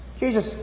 Jesus